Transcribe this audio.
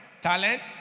talent